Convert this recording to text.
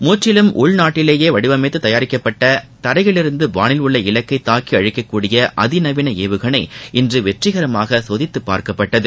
முற்றிலும் உள்நாட்டியேயே வடிவமைத்து தயாரிக்கப்பட்ட தரையிலிருந்து வாளில் உள்ள இலக்கை தாக்கி அழிக்கக்கூடிய அதி நவீன ஏவுகணை இன்று வெற்றிகரமாக சோதித்துப் பார்க்கப்பட்டது